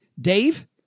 Dave